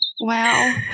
Wow